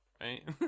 right